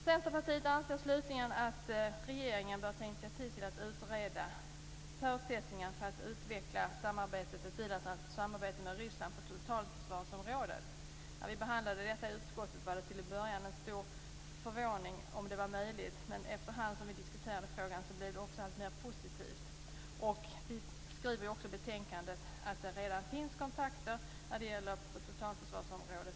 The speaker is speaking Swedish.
Centerpartiet anser slutligen att regeringen bör ta initiativ till att utreda förutsättningar för att utveckla ett bilateralt samarbete med Ryssland på totalförsvarsområdet. När vi behandlade frågan i utskottet var det till en början en stor förvåning över om detta kunde vara möjligt, men efter hand som vi diskuterade frågan blev inställningen alltmer positiv. Vi skriver också i betänkandet att det redan finns kontakter på totalförsvarsområdet.